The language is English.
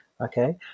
Okay